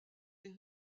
les